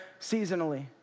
seasonally